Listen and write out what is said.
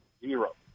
Zero